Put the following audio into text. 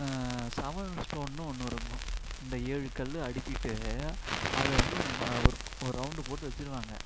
seven ஸ்டோன்னு ஒன்று இருக்கும் இந்த ஏழு கல் அடிக்கிட்டு அதை வந்து ப ஒரு ஒரு ரௌண்டு போட்டு வச்சுடுவாங்க